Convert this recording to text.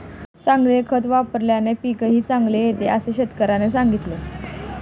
चांगले खत वापल्याने पीकही चांगले येते असे शेतकऱ्याने सांगितले